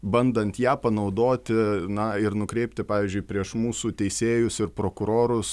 bandant ją panaudoti na ir nukreipti pavyzdžiui prieš mūsų teisėjus ir prokurorus